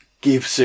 Give